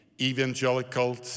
evangelical